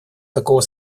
такого